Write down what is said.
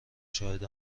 شاهد